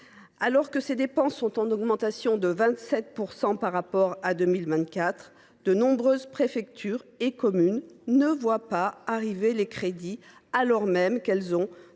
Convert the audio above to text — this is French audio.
Alors que ces dépenses sont en augmentation de 27 % par rapport à 2024, de nombreuses préfectures et communes ne voient pas arriver les crédits, alors même qu’elles ont